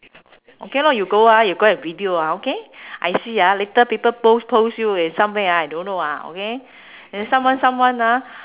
okay lor you go ah you go and video ah okay I see ah later people post post you in somewhere ah I don't know ah okay then someone someone ah